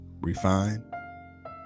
refine